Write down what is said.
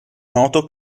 noto